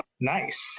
nice